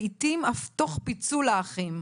לעתים אף תוך פיצול האחים.